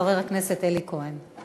חבר הכנסת אלי כהן.